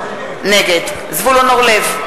נגד זבולון אורלב,